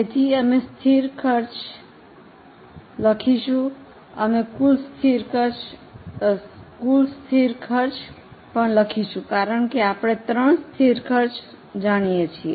તેથી અમે સ્થિર ખર્ચ લખીશું અમે કુલ સ્થિર ખર્ચ પણ લખીશું કારણ કે આપણે ત્રણ સ્થિર ખર્ચ જાણીએ છીએ